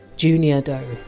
junior doe.